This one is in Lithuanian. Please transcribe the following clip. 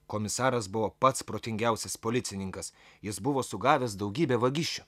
komisaras buvo pats protingiausias policininkas jis buvo sugavęs daugybę vagišių